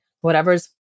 whatever's